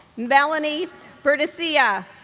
melanie berdecia,